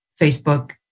Facebook